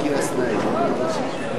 כאשר אנחנו נאלצים להביא בחקיקה שאי-אפשר להקים את